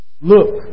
Look